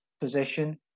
position